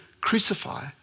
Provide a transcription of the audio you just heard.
crucify